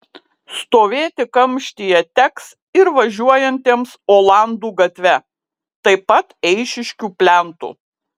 stovėti kamštyje teks ir važiuojantiems olandų gatve taip pat eišiškių plentu